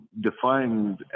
defined